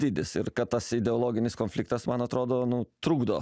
dydis ir kad tas ideologinis konfliktas man atrodo nu trukdo